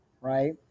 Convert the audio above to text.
right